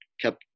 kept